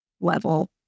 level